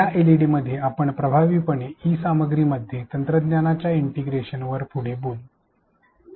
या एलईडीमध्ये आपण प्रभावीपणे ई सामग्रीमध्ये तंत्रज्ञानाच्या इंटिग्रेशनवर पुढे बोलू